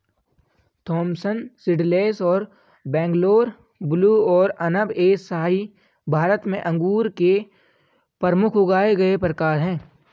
Thompson seedless और Bangalore blue और अनब ए शाही भारत में अंगूर के प्रमुख उगाए गए प्रकार हैं